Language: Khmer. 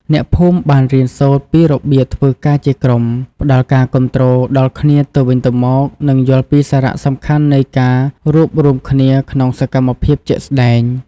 អ្នកភូមិបានរៀនសូត្រពីរបៀបធ្វើការជាក្រុម ផ្តល់ការគាំទ្រដល់គ្នាទៅវិញទៅមក និងយល់ពីសារៈសំខាន់នៃការរួបរួមគ្នាក្នុងសកម្មភាពជាក់ស្តែង។